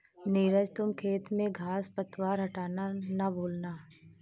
नीरज तुम खेत में घांस पतवार हटाना ना भूलना